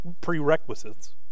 prerequisites